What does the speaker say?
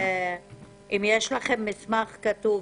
אם יש לכם מסמך כתוב